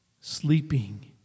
sleeping